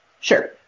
Sure